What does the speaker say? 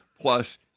plus